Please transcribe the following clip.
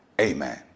amen